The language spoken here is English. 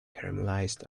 caramelized